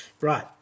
Right